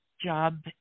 job